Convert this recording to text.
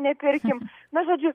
nepirkim na žodžiu